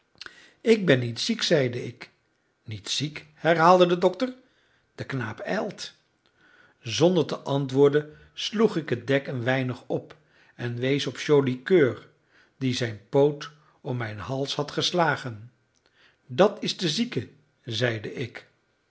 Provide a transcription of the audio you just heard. ik ben niet ziek zeide ik niet ziek herhaalde de dokter de knaap ijlt zonder te antwoorden sloeg ik het dek een weinig op en wees op joli coeur die zijn poot om mijn hals had geslagen dat is de zieke zeide ik